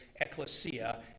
ecclesia